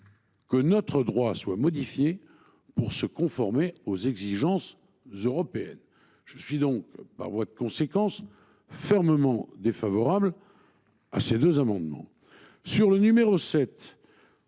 que notre droit soit modifié pour se conformer aux exigences européennes. Je suis, par voie de conséquence, fermement défavorable à l’amendement n°